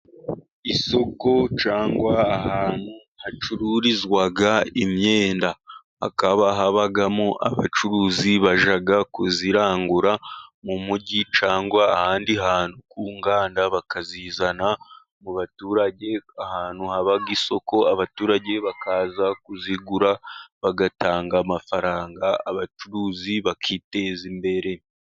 Isoko cyangwa ahantu hacururizwa imyenda, hakaba habamo abacuruzi bajya kuyirangura mu mujyi cyangwa ahandi hantu ku nganda bakayizana mu baturage, ahantu haba isoko, abaturage bakaza kuyigura bagatanga amafaranga, abacuruzi bakiteza imbere.